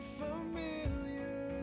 familiar